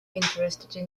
interested